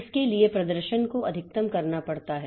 इसके लिए प्रदर्शन को अधिकतम करना पड़ता है